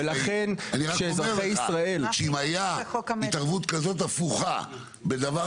אני רק אומר לך שאם הייתה התערבות כזאת הפוכה בדבר